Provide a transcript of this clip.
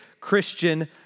Christian